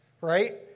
right